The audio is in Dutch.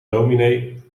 dominee